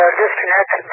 disconnect